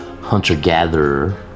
hunter-gatherer